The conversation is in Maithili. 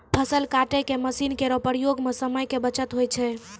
फसल काटै के मसीन केरो प्रयोग सें समय के बचत होय छै